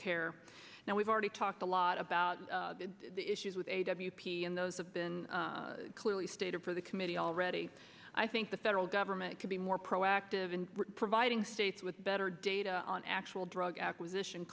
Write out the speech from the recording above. care now we've already talked a lot about the issues with a w p and those have been clearly stated for the committee already i think the federal government could be more proactive in providing states with better data on actual drug acquisition